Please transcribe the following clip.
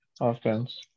offense